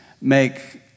make